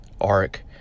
arc